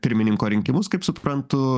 pirmininko rinkimus kaip suprantu